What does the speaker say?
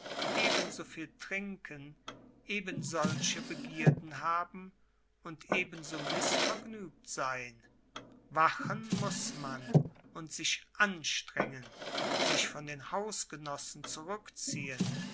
ebensoviel trinken eben solche begierden haben und ebenso mißvergnügt sein wachen muß man und sich anstrengen sich von den hausgenossen zurückziehen